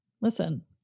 Listen